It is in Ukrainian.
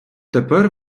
тепер